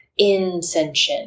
incension